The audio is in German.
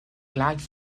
gleich